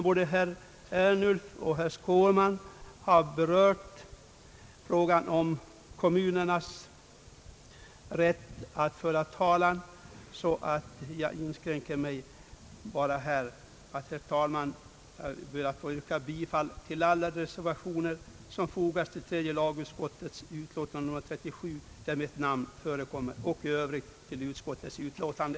Både herr Ernulf och herr Skårman har berört frågan om kommunernas rätt att föra talan i vissa vattenmål och jag inskränker mig, herr talman, enbart till ati yrka bifall till alla reservationer vid tredje lagutskottets utlåtande nr 37 där mitt namn förekommer och i Övrigt till utskottets utlåtande.